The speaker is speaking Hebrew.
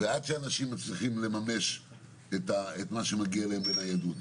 עד שאנשים מצליחים לממש את מה שמגיע להם בניידות.